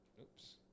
Oops